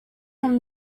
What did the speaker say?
from